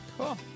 Cool